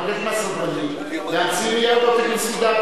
אני מבקש מהסדרנים להציג מייד עותק מסודר,